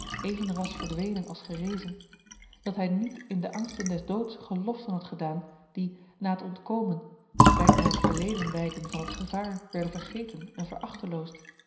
even ras verdwenen als gerezen dat hij niet in de angsten des doods geloften had gedaan die na t ontkomen bij het naar t verleden wijken van t gevaar werden vergeten en